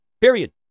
Period